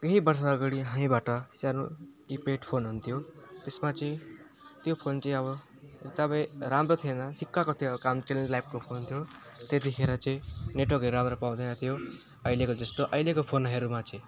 केही वर्षअगाडि हामीबाट सानो किपेड फोन हुन्थ्यो त्यसमा चाहिँ त्यो फोन चाहिँ अब तबै राम्रो थिएन ठिक्कको थियो काम चल्ने लायकको फोन थियो त्यतिखेर चाहिँ नेटवर्कहरू राम्रो पाउँदैन्थ्यो अहिलेको जस्तो अहिलेको फोनहरूमा चाहिँ